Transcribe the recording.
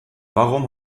warum